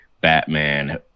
batman